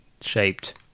shaped